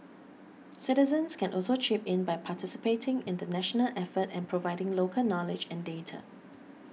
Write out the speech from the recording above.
citizens can also chip in by participating in the national effort and providing local knowledge and data